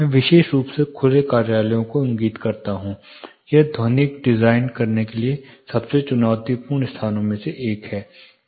मैं विशेष रूप से खुले कार्यालयों को इंगित करता हूं यह ध्वनिक डिजाइन करने के लिए सबसे चुनौतीपूर्ण स्थानों में से एक है